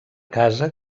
casa